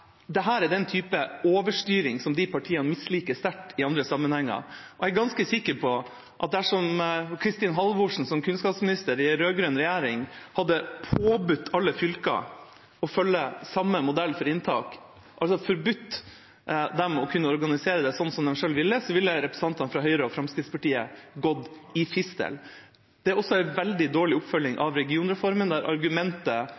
er den type overstyring som de partiene misliker sterkt i andre sammenhenger. Og jeg er ganske sikker på at dersom Kristin Halvorsen som kunnskapsminister i en rød-grønn regjering hadde påbudt alle fylker å følge samme modell for inntak, altså forbudt dem å kunne organisere det slik de selv ville, ville representantene fra Høyre og Fremskrittspartiet gått i fistel. Det er også en veldig dårlig oppfølging